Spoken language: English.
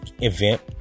event